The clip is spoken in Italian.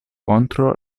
contro